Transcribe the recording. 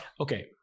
Okay